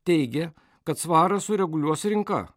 teigė kad svarą sureguliuos rinka